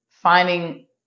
finding